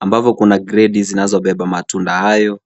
ambavo kuna gredi zinazobeba matunda hayo.